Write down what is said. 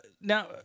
now